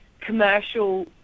commercial